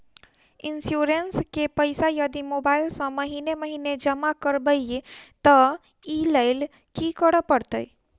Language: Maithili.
इंश्योरेंस केँ पैसा यदि मोबाइल सँ महीने महीने जमा करबैई तऽ ओई लैल की करऽ परतै?